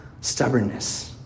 stubbornness